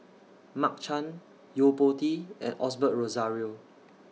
Mark Chan Yo Po Tee and Osbert Rozario